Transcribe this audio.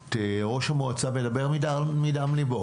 את ראש המועצה מדבר מדם ליבו